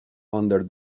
under